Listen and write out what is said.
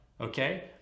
Okay